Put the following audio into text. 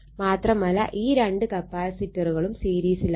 മാത്രമല്ല ഈ രണ്ട് കപ്പാസിറ്ററുകളും സീരീസിലാണ്